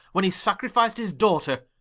when he sacrific'd his daughter.